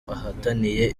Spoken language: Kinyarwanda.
ahataniye